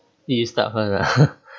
you you start first lah